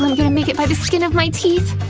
um gonna make it by the skin of my teeth.